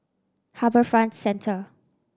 HarbourFront Centre